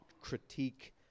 critique